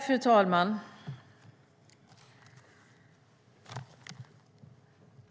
Fru talman!